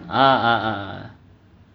ah ah ah ah ah